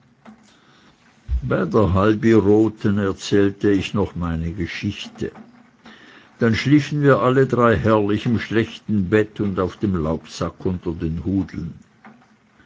halbi roten erzählte ich noch meine geschichte dann schliefen wir alle drei herrlich im schlechten bett und auf dem laubsack unter den hudeln